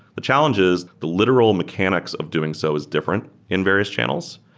the challenge is the literal mechanics of doing so is different in various channels,